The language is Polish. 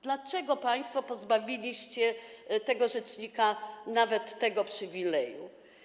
Dlaczego państwo pozbawiliście rzecznika nawet tego przywileju?